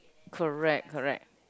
correct correct